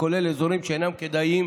וכולל אזורים שאינם כדאיים